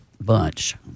bunch